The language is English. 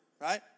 right